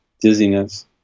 dizziness